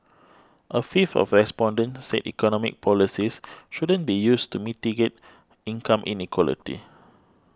a fifth of respondents said economic policies shouldn't be used to mitigate income inequality